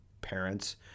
parents